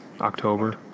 October